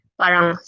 parang